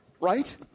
right